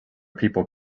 people